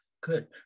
good